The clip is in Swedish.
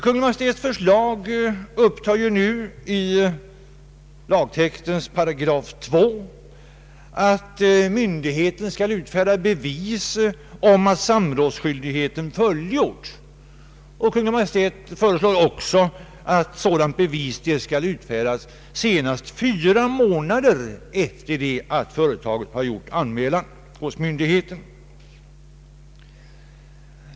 Kungl. Maj:ts förslag upptar nu i lagtextens 2 § att myndigheten skall utfärda bevis om att samrådsskyldigheten fullgjorts. Kungl. Maj:t föreslår också att sådant bevis skall utfärdas senast fyra månader efter det att företaget har gjort anmälan hos myndigheten.